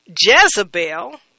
Jezebel